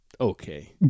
Okay